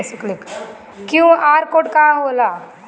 QR code का होला?